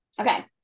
Okay